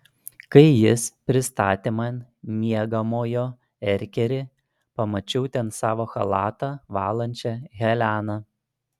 kai jis pristatė man miegamojo erkerį pamačiau ten savo chalatą valančią heleną